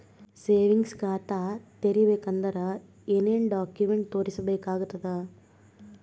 Savings ಖಾತಾ ತೇರಿಬೇಕಂದರ ಏನ್ ಏನ್ಡಾ ಕೊಮೆಂಟ ತೋರಿಸ ಬೇಕಾತದ?